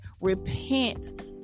repent